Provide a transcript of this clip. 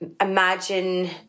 imagine